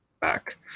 Back